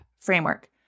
framework